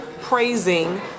praising